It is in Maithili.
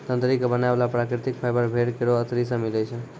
तंत्री क बनाय वाला प्राकृतिक फाइबर भेड़ केरो अतरी सें मिलै छै